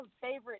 favorite